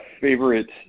favorite